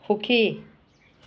সুখী